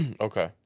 Okay